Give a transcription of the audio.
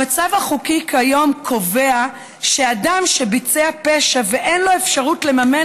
המצב החוקי כיום קובע שאדם שביצע פשע ואין לו אפשרות לממן